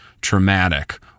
traumatic